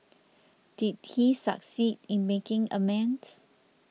did he succeed in making amends